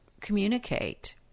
communicate